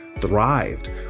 thrived